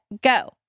go